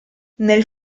nel